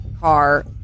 car